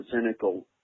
cynical